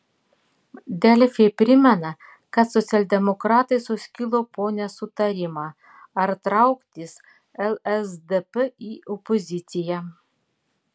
delfi primena kad socialdemokratai suskilo po nesutarimą ar trauktis lsdp į opoziciją